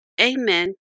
Amen